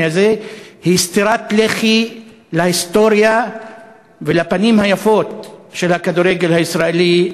הזה היא סטירת לחי להיסטוריה ולפנים היפות של הכדורגל הישראלי,